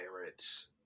Pirates